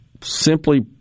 simply